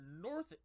North